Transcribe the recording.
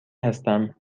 هستم